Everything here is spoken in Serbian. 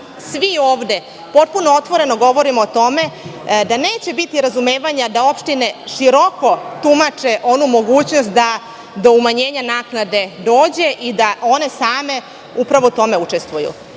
svi ovde potpuno otvoreno govorimo o tome da neće biti razumevanja da opštine široko tumače onu mogućnost da do umanjenja naknade dođe i da one same upravo u tome učestvuju. Po